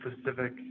specific